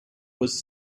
was